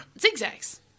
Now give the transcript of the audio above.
zigzags